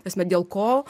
prasme dėl ko